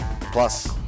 Plus